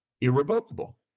irrevocable